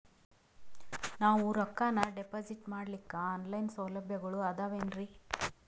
ನಾವು ರೊಕ್ಕನಾ ಡಿಪಾಜಿಟ್ ಮಾಡ್ಲಿಕ್ಕ ಆನ್ ಲೈನ್ ಸೌಲಭ್ಯಗಳು ಆದಾವೇನ್ರಿ?